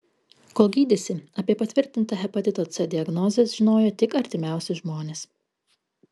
kol gydėsi apie patvirtintą hepatito c diagnozę žinojo tik artimiausi žmonės